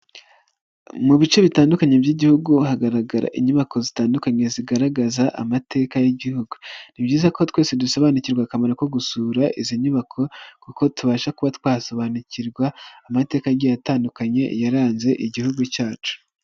Mu bice bitandukanye by'Igihugu hagaragara inyubako zitandukanye zigaragaza amateka y'Igihugu, ni byiza ko twese dusobanukirwa akamaro ko gusura izi nyubako kuko tubasha kuba twasobanukirwa amateka agiye atandukanye yaranze Igihugu cyacu.